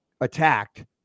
attacked